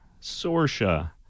Sorsha